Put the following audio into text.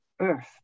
Earth